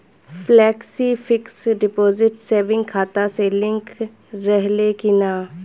Flexi fix deposit saving खाता से link रहले कि ना?